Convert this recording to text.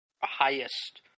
highest